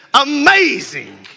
amazing